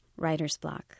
writersblock